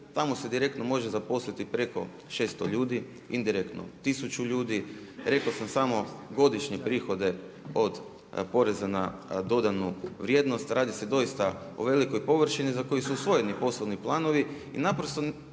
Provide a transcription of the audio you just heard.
tamo se direktno može zaposliti preko 600 ljudi, indirektno 1000 ljudi. Rekao sam samo godišnje prihode od poreza na dodanu vrijednost. Radi se doista o velikoj površini za koju su usvojeni poslovni planovi